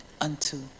unto